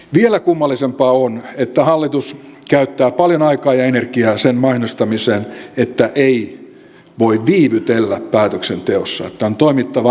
vielä kummallisempaa on että hallitus käyttää paljon aikaa ja energiaa sen mainostamiseen että ei voi viivytellä päätöksenteossa että on toimittava nopeasti